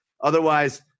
Otherwise